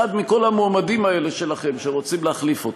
אחד מכל המועמדים האלה שלכם שרוצים להחליף אותו.